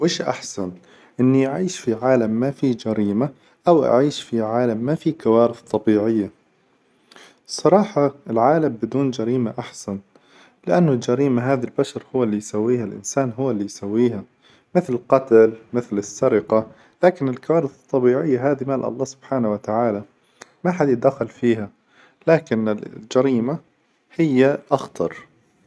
ويش أحسن إني أعيش في عالم ما فيه جريمة أو أعيش في عالم ما فيه كوارث طبيعية؟ الصراحة العالم بدون جريمة أحسن، لأنه الجريمة هذي البشر هو إللي يسويها الإنسان هو إللي يسويها مثل: القتل، مثل السرقة، لكن الكوارث الطبيعية هذي من الله سبحانه وتعالى لا يدخل فيها، لكن الجريمة هي أخطر.